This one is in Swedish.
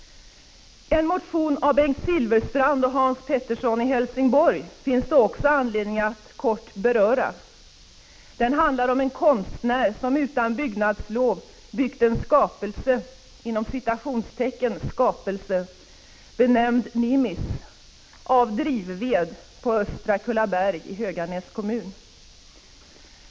En motion av Bengt Silfverstrand och Hans Pettersson i Helsingborg finns det också anledning att kort beröra. Den handlar om en konstnär som utan byggnadslov byggt en ”skapelse”, benämnd Nimis, av drivved på östra Kullaberg i Höganäs.